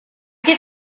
get